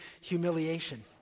humiliation